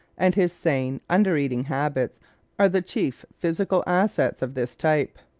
and his sane, under-eating habits are the chief physical assets of this type.